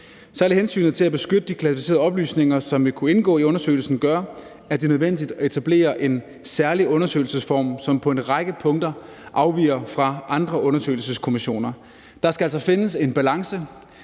Særlig hensynet til at beskytte de klassificerede oplysninger, som vil kunne indgå i undersøgelsen, gør, at det er nødvendigt at etablere en særlig undersøgelsesform, som på en række punkter afviger fra andre undersøgelseskommissioner. Der skal altså findes en balance